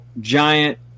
giant